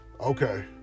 okay